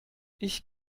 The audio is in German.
ich